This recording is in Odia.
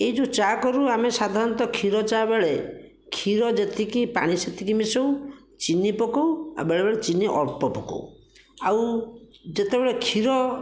ଏହି ଯେଉଁ ଚା କରୁ ଆମେ ସାଧାରଣତଃ କ୍ଷୀର ଚା ବେଳେ କ୍ଷୀର ଯେତିକି ପାଣି ସେତିକି ମିସଉ ଚିନି ପକଉ ଆଉ ବେଳେବେଳେ ଚିନି ଅଳ୍ପ ପକଉ ଆଉ ଯେତେବେଳେ କ୍ଷୀର